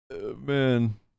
Man